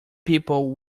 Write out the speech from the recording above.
people